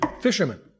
fisherman